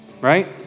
right